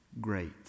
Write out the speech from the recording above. great